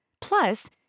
plus